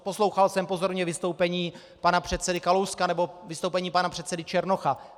Poslouchal jsem pozorně vystoupení pana předsedy Kalouska nebo vystoupení pana předsedy Černocha.